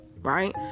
right